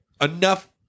Enough